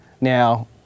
Now